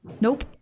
nope